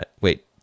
wait